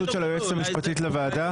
היועצת המשפטית לוועדה?